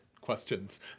questions